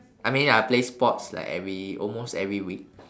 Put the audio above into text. I mean I play sports like every almost every week